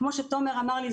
כמו שתומר אמר לי,